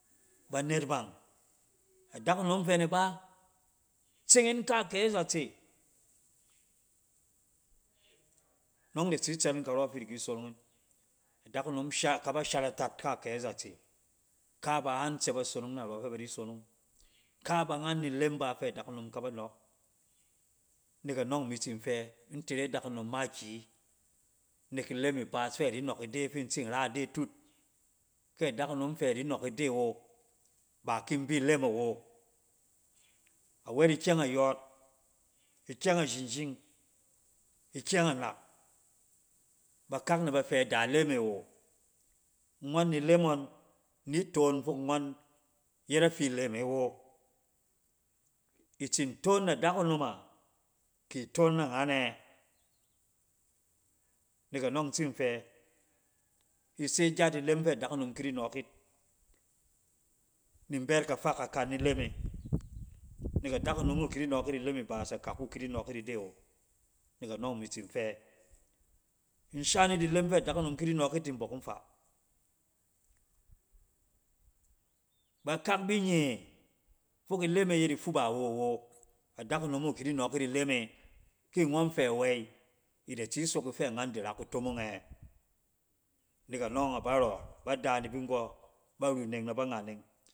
Banet bang, adakunom fɛ niba tseng yin kaakyɛ ɛzatse nong da tsi tsɛt yin karɔ fidi ki sonong yin. Adakunom sha-akaba sharatat kaakyɛ azatse. Ka ba ngan tsɛ ba sonong narɔ fɛ ba di sonong, ka ba ngan ni ilem ba fɛ dakunom ka ba nɔɔk. Nek anɔng imi tsin fɛ intere dakunom makiyi nek ilem ibaas fɛ adi nɔk ide fin tsin ra tutu. Kɛ dakunom fɛ di nɔk ide wo, ba kin bi lem awo. Awɛt ikyang ayɔɔt, ikyɛng ajingying, ikyɛng anak bakak nɛba fɛ da ilem e wo. Ngɔn ni ilem ngɔn ni toon fok ngɔn yet afi ilem e ɛ wo. I tsin toon na dakunom a ki itoon na nganɛ? Nek anɔng in tsin fɛ, ise gyat ilem fɛ dakunom ki di nɔɔk yit min bɛt kafa kakan ni leme. Nek adakunom wu ki di nɔɔik yit ide awo. Nek anɔng imi tsin fɛ in shan yit ilem fɛ dakunom kidi nɔk yit ni mbɔk nfaa. Bakak binye fok ilem e yet ifaba wo awo, adakunom wu ki di nɔɔk yit ilem e. Ki ngɔn fɛ awey, ida tsi sok ifɛ ngan di ra kutomong ɛ? Nek anɔng abarɔ, ba da ni bin nggɔ, ba runneng na banganneng